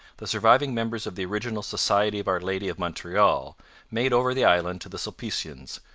the surviving members of the original society of our lady of montreal made over the island to the sulpicians,